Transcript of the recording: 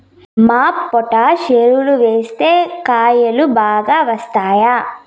MOP potash ఎరువులు వేస్తే కాయలు బాగా వస్తాయా?